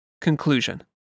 Conclusion